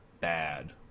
bad